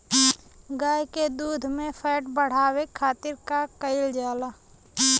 गाय के दूध में फैट बढ़ावे खातिर का कइल जाला?